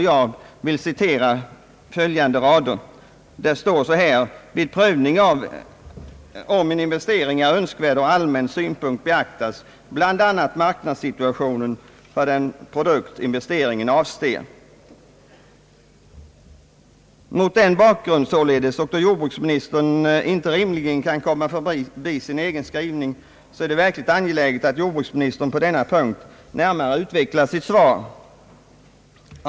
Jag vill här citera följande rader: »Vid prövning om en investering är önskvärd ur allmän synpunkt beaktas bl.a. marknadssituationen för den produkt investeringen avser.» Mot den bakgrunden och då jordbruksministern rimligen inte kan komma förbi sin egen skrivning är det angeläget att jordbruksministern närmare utvecklar sitt svar på denna punkt.